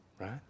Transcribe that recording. Right